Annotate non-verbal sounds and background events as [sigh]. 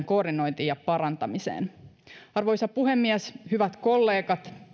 [unintelligible] koordinointiin ja parantamiseen arvoisa puhemies hyvät kollegat